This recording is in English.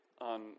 on